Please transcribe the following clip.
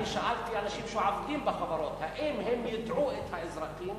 שאלתי אנשים שעובדים בחברות אם הם יידעו את האזרחים